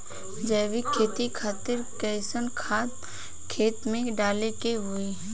जैविक खेती खातिर कैसन खाद खेत मे डाले के होई?